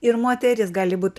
ir moteris gali būt